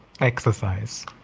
exercise